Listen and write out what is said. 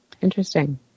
Interesting